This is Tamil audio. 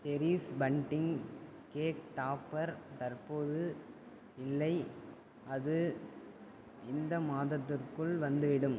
செரீஷ் பன்டிங் கேக் டாப்பர் தற்போது இல்லை அது இந்த மாதத்துக்குள் வந்துவிடும்